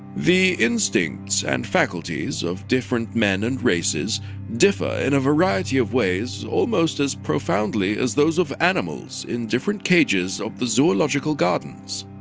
the instincts and faculties of different men and races differ in a variety of ways almost as profoundly as those of animals in different cages of the zoological gardens